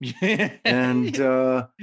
And-